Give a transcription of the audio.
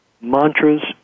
Mantras